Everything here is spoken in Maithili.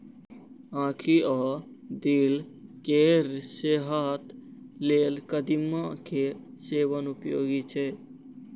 आंखि आ दिल केर सेहत लेल कदीमा के सेवन उपयोगी छै